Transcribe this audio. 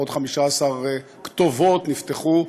עוד 15 כתובות נפתחו,